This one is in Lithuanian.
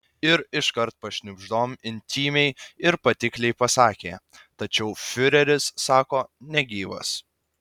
ir iškart pašnibždom intymiai ir patikliai pasakė tačiau fiureris sako negyvas